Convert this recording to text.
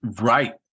Right